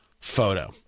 photo